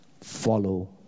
follow